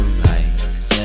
lights